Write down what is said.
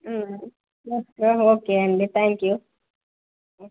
okay అండి thank you